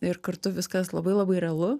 ir kartu viskas labai labai realu